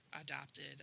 adopted